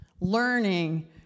Learning